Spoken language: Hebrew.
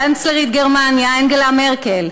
קנצלרית גרמניה אנגלה מרקל,